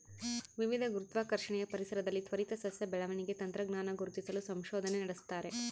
ವಿವಿಧ ಗುರುತ್ವಾಕರ್ಷಣೆಯ ಪರಿಸರದಲ್ಲಿ ತ್ವರಿತ ಸಸ್ಯ ಬೆಳವಣಿಗೆ ತಂತ್ರಜ್ಞಾನ ಗುರುತಿಸಲು ಸಂಶೋಧನೆ ನಡೆಸ್ತಾರೆ